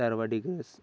सर्वाडीग्रेस